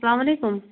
السلامُ علیکُم